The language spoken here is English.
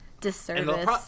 disservice